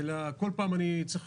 אלא כל פעם אני צריך